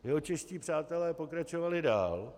Jeho čeští přátelé pokračovali dál.